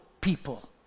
people